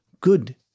Good